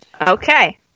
Okay